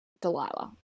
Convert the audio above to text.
Delilah